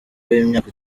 w’imyaka